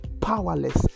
powerless